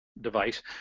device